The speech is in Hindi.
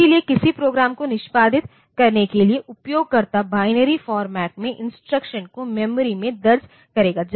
इसलिए किसी प्रोग्राम को निष्पादित करने के लिए उपयोगकर्ता बाइनरी फॉर्मेट में इंस्ट्रक्शंस को मेमोरी में दर्ज करेगा